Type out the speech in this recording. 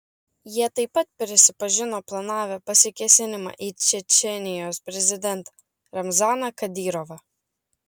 jie taip pat prisipažino planavę pasikėsinimą į čečėnijos prezidentą ramzaną kadyrovą